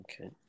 Okay